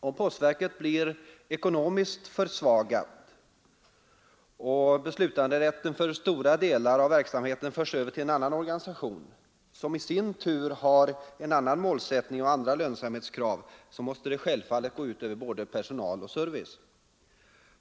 Om postverket blir ekonomiskt försvagat och beslutanderätten för stora delar av verksamheten förs över till en annan organisation, som i sin tur har en annan målsättning och andra lönsamhetskrav, måste det självfallet gå ut över både personal och service.